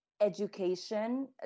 education